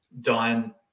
done